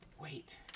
wait